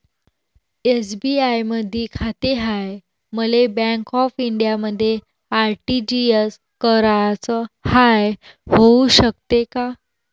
SBI मधी खाते हाय, मले बँक ऑफ इंडियामध्ये आर.टी.जी.एस कराच हाय, होऊ शकते का?